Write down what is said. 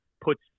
puts